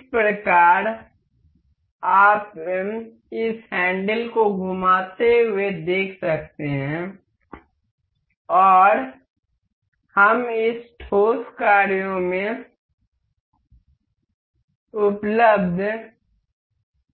इस प्रकार आप इस हैंडल को घुमाते हुए देख सकते हैं और हम इस ठोस कार्यों में उपलब्ध